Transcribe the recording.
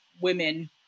women